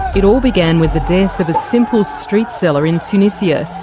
it all began with the death of a simple street-seller in tunisia.